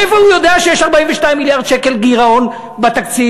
מאיפה הוא יודע שיש 42 מיליארד שקל גירעון בתקציב?